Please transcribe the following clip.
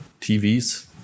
TVs